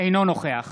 אינו נוכח